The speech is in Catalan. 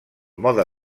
mode